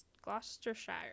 Gloucestershire